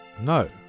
no